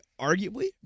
arguably